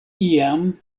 iam